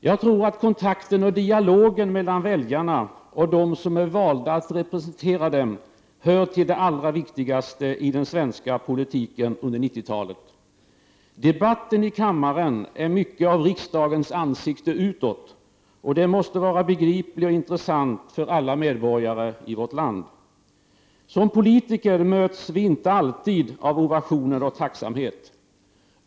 Jag tror att kontakten och dialogen mellan väljarna och de som är valda att representera dem hör till det allra viktigaste i den svenska politiken under 90 Debatten i kammaren är mycket av riksdagens ansikte utåt och den måste vara begriplig och intressant för alla medborgare i vårt land. Som politiker möts vi inte alltid av ovationer och tacksamhet.